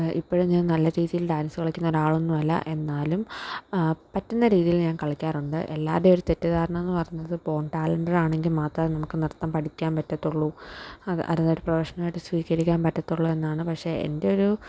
ഇപ്പോഴും ഞാന് നല്ല രീതിയിൽ ഡാൻസ് കളിക്കുന്ന ഒരാളൊന്നുമല്ല എന്നാലും പറ്റുന്ന രീതിയിൽ ഞാൻ കളിക്കാറുണ്ട് എല്ലാവരുടേം ഒരു തെറ്റിദ്ധാരണ എന്ന് പറഞ്ഞത് ബോണ് ടാലന്റഡ് ആണെങ്കില് മാത്രമേ നമുക്ക് നൃത്തം പഠിക്കാന് പറ്റത്തൊള്ളൂ അത് അതൊരു പ്രൊഫഷനായിട്ട് സ്വീകരിക്കാൻ പറ്റത്തൊള്ളൂ എന്നാണ് പക്ഷേ എന്റെ ഒരു